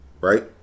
right